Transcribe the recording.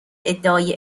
ادعای